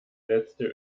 letzte